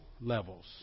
levels